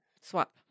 Swap